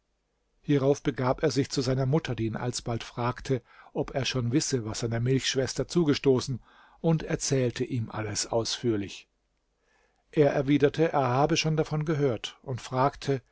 hierauf begab er sich zu seiner mutter die ihn alsbald fragte ob er schon wisse was seiner milchschwester zugestoßen und erzählte ihm alles ausführlich er erwiderte er habe schon davon gehört und fragte